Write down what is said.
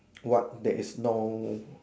what that is no